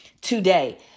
today